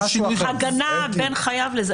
הגנה בין חייב לזוכה.